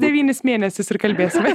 devynis mėnesius ir kalbėsime